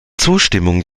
zustimmung